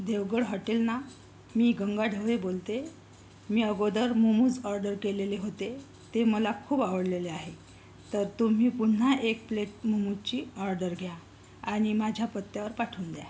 Devgad hotel ना मी गंगा ढवळे बोलते मी अगोदर मुमुज ऑर्डर केलेले होते ते मला खूप आवडलेले आहे तर तुम्ही पुन्हा एक प्लेट मोमोजची ऑर्डर घ्या आणि माझ्या पत्त्यावर पाठवून द्या